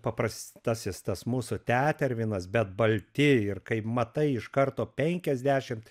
paprastasis tas mūsų tetervinas bet balti ir kai matai iš karto penkiasdešimt